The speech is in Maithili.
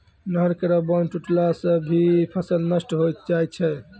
नहर केरो बांध टुटला सें भी फसल नष्ट होय जाय छै